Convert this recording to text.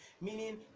meaning